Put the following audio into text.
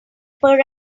per